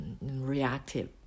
reactive